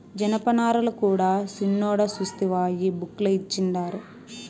జనపనారల కూడా సిన్నోడా సూస్తివా ఈ బుక్ ల ఇచ్చిండారు